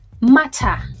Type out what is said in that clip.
matter